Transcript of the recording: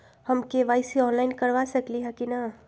हम KYC online करवा सकली ह कि न?